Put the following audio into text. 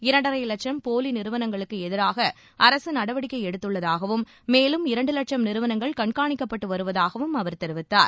இரண்டரை லட்சம் போலி நிறுவனங்களுக்கு எதிராக அரசு நடவடிக்கை எடுத்துள்ளதாகவும் மேலும் இரண்டு வட்சும் நிறுவனங்கள் கண்காணிக்கப்பட்டு வருவதாகவும் அவர் தெரிவித்தார்